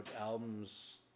albums